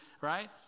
right